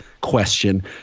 question